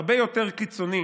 הרבה יותר קיצוני